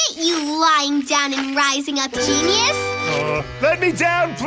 you lying down and rising up genius! ah, let me down,